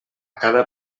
cada